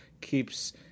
keeps